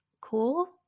cool